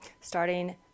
starting